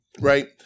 right